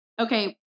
Okay